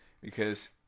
Because-